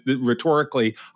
rhetorically